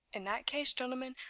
in that case, gentlemen,